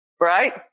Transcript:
right